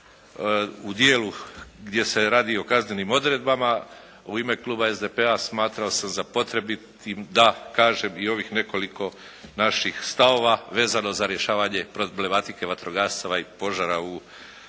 u dijelu gdje se radi o kaznenim odredbama. U ime Kluba SDP-a smatrao sam za potrebitim da kažem i ovih nekoliko naših stavova vezano za rješavanje problematike vatrogastava i požara u